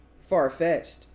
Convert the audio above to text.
far-fetched